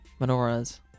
Menorahs